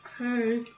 Okay